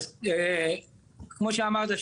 כמו שאמרת,